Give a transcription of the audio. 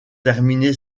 terminé